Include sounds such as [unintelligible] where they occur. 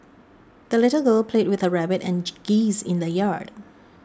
the little girl played with her rabbit and [unintelligible] geese in the yard